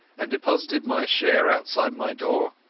and deposited my share outside my door.